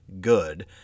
good